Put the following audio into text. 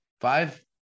Five